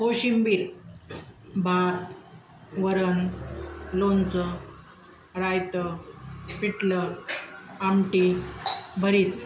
कोशिंबीर भात वरण लोणचं रायतं पिटलं आमटी भरीत